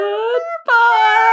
Goodbye